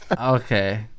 Okay